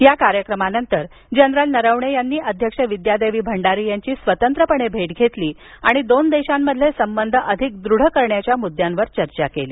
या कार्यक्रमानंतर जनरल नरवणे यांनी अध्यक्ष विद्यादेवी भंडारी यांची स्वतंत्रपणे भेट घेत दोन देशांमधील संबंध आणखी दृढ करण्याच्या मुद्द्यांवर चर्चा केली